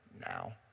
now